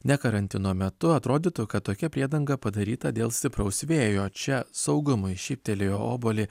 ne karantino metu atrodytų kad tokia priedanga padaryta dėl stipraus vėjo čia saugumui šyptelėjo obuolį